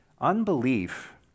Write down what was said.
Unbelief